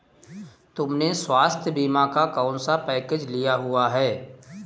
तुमने स्वास्थ्य बीमा का कौन सा पैकेज लिया हुआ है?